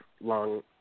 long